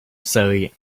surrey